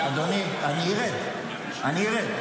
אדוני, אדוני, אני ארד, אני ארד.